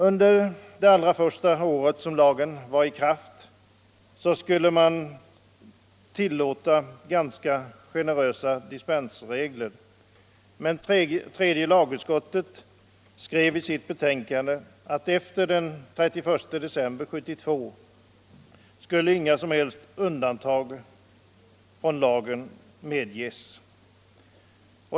Under det första året som lagen var i kraft skulle dispenser tillåtas ganska generöst, men tredje lagutskottet skrev i sitt betänkande att efter den 31 december 1972 skulle inga som helst undantag från lagen medges.